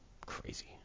Crazy